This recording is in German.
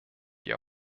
die